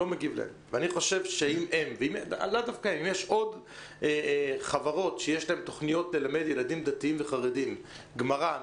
אם יש עוד חברות שיש להן תוכניות ללמד ילדים דתיים וחרדים גמרא,